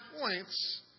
points